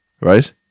right